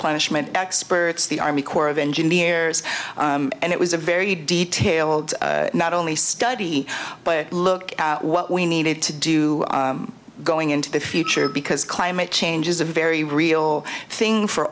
replenishment experts the army corps of engineers and it was a very detailed not only study but look what we needed to do going into the future because climate change is a very real thing for